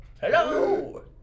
Hello